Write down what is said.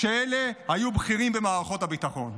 כשאלה היו בכירים במערכות הביטחון.